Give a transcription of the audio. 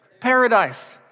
paradise